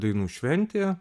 dainų šventė